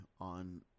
on